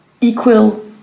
equal